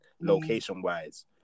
location-wise